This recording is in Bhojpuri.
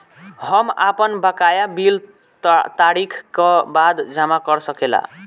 हम आपन बकाया बिल तारीख क बाद जमा कर सकेला?